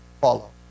follow